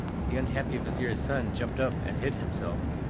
the unhappy vizir's son jumped up and hid himself,